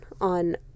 on